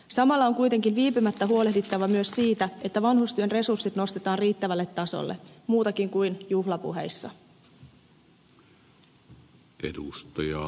samalla on kuitenkin viipymättä huolehdittava myös siitä että vanhustyön resurssit nostetaan riittävälle tasolle muutenkin kuin juhlapuheissa